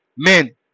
Men